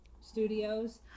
Studios